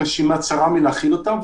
חייבים שנמצאים סמוך להליך חדלות הפירעון